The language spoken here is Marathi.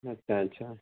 अच्छा अच्छा